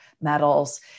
metals